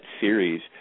series